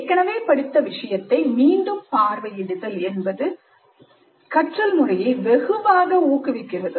ஏற்கனவே படித்த விஷயத்தை மீண்டும் பார்வையிடுதல் என்பது கற்றல் முறையை வெகுவாக ஊக்குவிக்கிறது